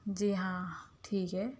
جی ہاں ٹھیک ہے